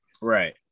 Right